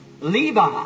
Levi